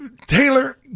Taylor